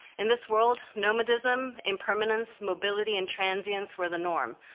in this world, nomadism, impermanence, mobility, and transience were the norm.